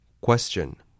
Question